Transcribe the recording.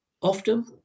often